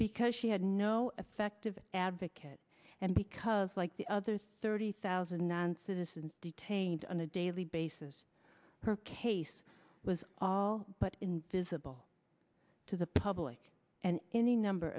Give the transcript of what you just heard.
because she had no effective advocate and because like the other thirty thousand non citizens detained on a daily basis her case was all but invisible to the public and any number